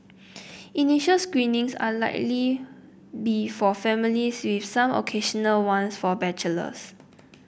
initial screenings are likely be for families with some occasional ones for bachelors